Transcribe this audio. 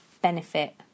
benefit